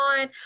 on